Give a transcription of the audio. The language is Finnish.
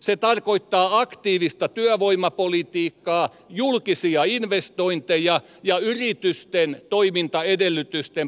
se tarkoittaa aktiivista työvoimapolitiikkaa julkisia investointeja ja yritysten toimintaedellytysten parantamista